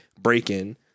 break-in